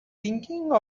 thinking